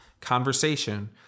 conversation